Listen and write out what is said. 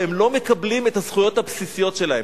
והם לא מקבלים את הזכויות הבסיסיות שלהם.